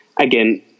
again